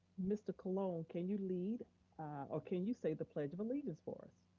mr. colon, can you lead or can you say the pledge of allegiance for